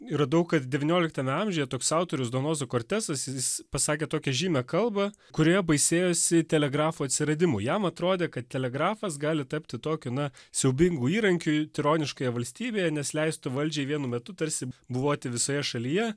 ir radau kad devynioliktame amžiuje toks autorius donozo kortesas jis pasakė tokią žymią kalbą kurioje baisėjosi telegrafų atsiradimu jam atrodė kad telegrafas gali tapti tokiu na siaubingu įrankiu tironiškoje valstybėje nes leistų valdžiai vienu metu tarsi buvoti visoje šalyje